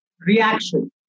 reaction